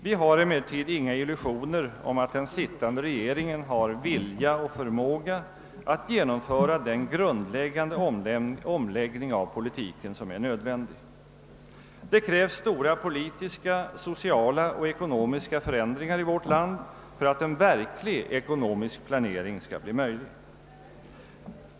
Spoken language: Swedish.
Vi har emellertid inga illusioner om att den sittande regeringen har vilja och förmåga att genomföra den grundläggande omläggning av politiken som är nödvändig. Det krävs stora politiska, sociala och ekonomiska förändringar i vårt land för att en verklig ekonomisk planering skall bli möjlig.